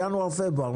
בינואר, פברואר.